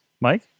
mike